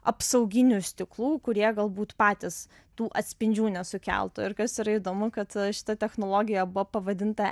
apsauginių stiklų kurie galbūt patys tų atspindžių nesukeltų ir kas yra įdomu kad šita technologija buvo pavadinta